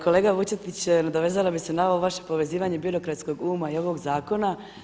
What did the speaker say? Kolega Vučetić, nadovezala bih se na ovo vaše povezivanje birokratskog uma i ovog zakona.